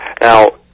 Now